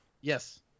Yes